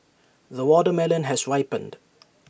the watermelon has ripened